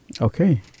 Okay